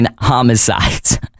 homicides